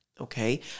okay